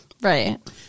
right